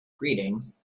greetings